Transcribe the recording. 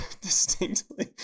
distinctly